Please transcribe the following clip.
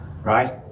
Right